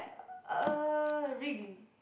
uh ring